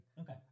Okay